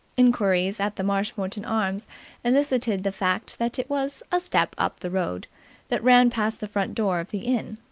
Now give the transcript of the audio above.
inquiries at the marshmoreton arms elicited the fact that it was a step up the road that ran past the front door of the inn.